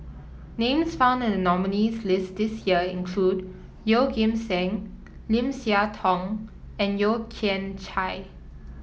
names found in the nominees' list this year include Yeoh Ghim Seng Lim Siah Tong and Yeo Kian Chai